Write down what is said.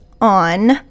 on